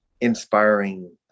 inspiring